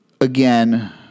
Again